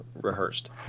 rehearsed